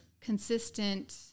consistent